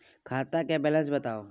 खाता के बैलेंस बताबू?